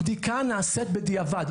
הבדיקה נעשית בדיעבד.